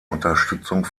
unterstützung